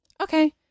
Okay